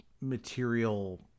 material